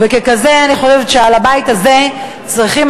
ההנהלה.